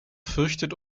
fürchtet